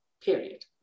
period